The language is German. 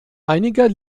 einiger